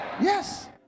yes